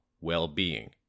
well-being